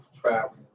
traveling